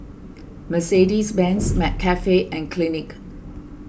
Mercedes Benz McCafe and Clinique